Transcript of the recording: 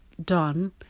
done